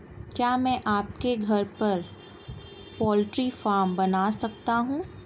क्या मैं अपने घर पर पोल्ट्री फार्म बना सकता हूँ?